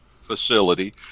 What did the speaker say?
facility